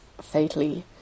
fatally